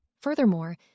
Furthermore